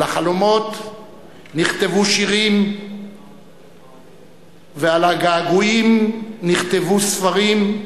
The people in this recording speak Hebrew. על החלומות נכתבו שירים ועל הגעגועים נכתבו ספרים,